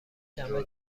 شنبه